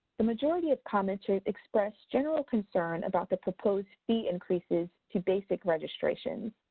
the majority of comments expressed general concern about the proposed fee increases to basic registration.